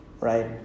Right